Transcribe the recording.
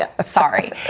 Sorry